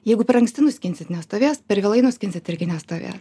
jeigu per anksti nuskinsit nestovės per vėlai nuskinsit irgi nestovės